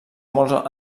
molt